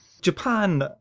Japan